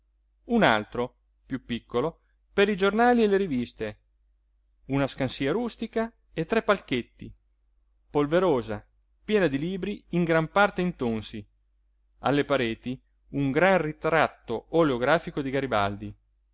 un altro piú piccolo per i giornali e le riviste una scansia rustica a tre palchetti polverosa piena di libri in gran parte intonsi alle pareti un gran ritratto oleografico di garibaldi